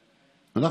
בלחש.